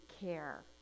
care